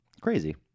Crazy